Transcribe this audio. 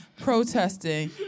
protesting